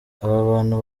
abantu